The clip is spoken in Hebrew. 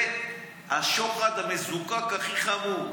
זה השוחד המזוקק הכי חמור,